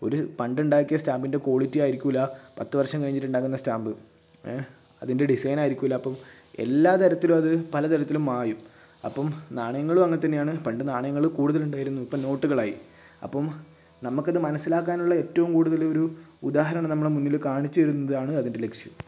ഒര് പണ്ട് ഉണ്ടാക്കിയ സ്റ്റാമ്പിൻ്റെ ക്വാളിറ്റി ആയിരിക്കില്ല പത്തു വർഷം കഴിഞ്ഞിട്ട് ഉണ്ടാക്കുന്ന സ്റ്റാമ്പ് ഏഹ് അതിൻ്റെ ഡിസൈന് ആയിരിക്കില്ല അപ്പോൾ എല്ലാ തരത്തിലും അത് പല തരത്തിലും മായും അപ്പം നാണയങ്ങളും അങ്ങനെ തന്നെയാണ് പണ്ട് നാണയങ്ങള് കൂടുതലുണ്ടായിരുന്നു ഇപ്പം നോട്ടുകളായി അപ്പം നമക്കിത് മനസ്സിലാക്കാനുള്ള ഏറ്റവും കൂടുതലൊരു ഉദാഹരണം നമ്മള മുന്നില് കാണിച്ചു തരുന്നതാണ് അതിൻ്റെ ലക്ഷ്യം